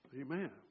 Amen